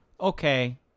okay